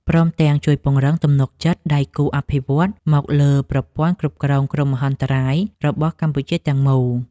ព្រមទាំងជួយពង្រឹងទំនុកចិត្តពីដៃគូអភិវឌ្ឍន៍មកលើប្រព័ន្ធគ្រប់គ្រងគ្រោះមហន្តរាយរបស់កម្ពុជាទាំងមូល។